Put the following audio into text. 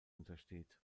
untersteht